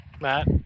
Matt